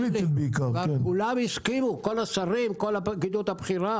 כולם הסכימו, כל השרים וכל הפרקליטות הבכירה.